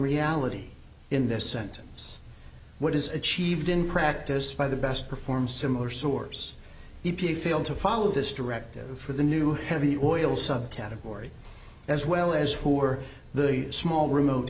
reality in this sentence what is achieved in practice by the best perform similar source e p a fail to follow this directive for the new heavy oil subcategory as well as for the small remote